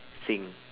thing